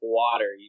water